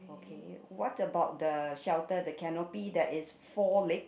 okay what about the shelter the canopy that is four leg